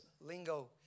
lingo